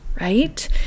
right